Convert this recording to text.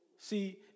See